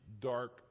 dark